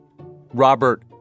Robert